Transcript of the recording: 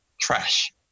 trash